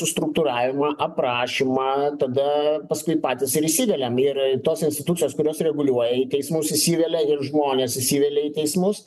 sustruktūravimą aprašymą tada paskui patys ir įsiveliam ir tos institucijos kurios reguliuoja į teismus įsivelia ir žmonės įsivelia į teismus